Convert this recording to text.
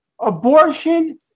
abortion